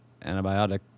antibiotic